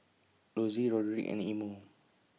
Lossie Roderick and Imo